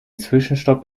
zwischenstopp